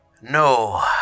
No